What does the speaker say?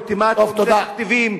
זה אולטימטום, זה תכתיבים.